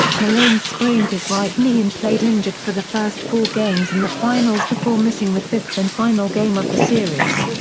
malone sprained his right knee and played injured for the first four games in the finals before missing the fifth and final game of the series.